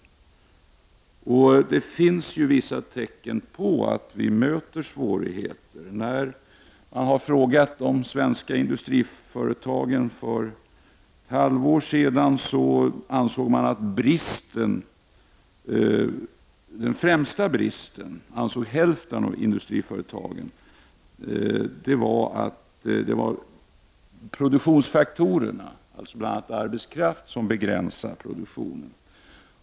Det finns vissa tecken på att vi börjar möta svårigheter. När de svenska industriföretagen för ett halvår sedan tillfrågades, ansåg mer än hälften att den främsta bristen var att produktionsfaktorerna — bl.a. arbetskraft — begränsade produktionen.